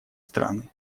страны